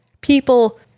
people